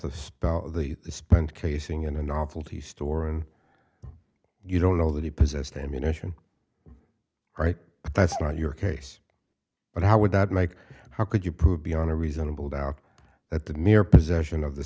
casing in a novelty store and you don't know that he possessed ammunition right that's not your case but how would that make how could you prove beyond a reasonable doubt that the mere possession of the